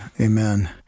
Amen